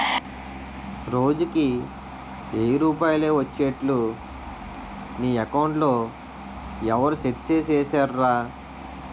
రోజుకి ఎయ్యి రూపాయలే ఒచ్చేట్లు నీ అకౌంట్లో ఎవరూ సెట్ సేసిసేరురా